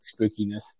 spookiness